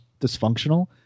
dysfunctional